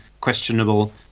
questionable